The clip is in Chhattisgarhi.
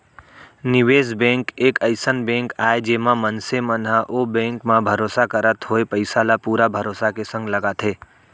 निवेस बेंक एक अइसन बेंक आय जेमा मनसे मन ह ओ बेंक म भरोसा करत होय पइसा ल पुरा भरोसा के संग लगाथे